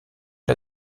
der